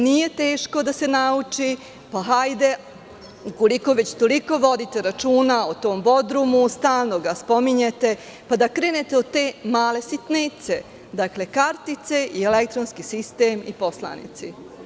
Nije teško da se nauči, pa hajde, ukoliko već toliko vodite računa o tom Bodrumu, stalno ga spominjete, da krenete od te male sitnice, dakle, kartice, elektronski sistem i poslanici.